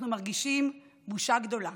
אנחנו מרגישים בושה גדולה,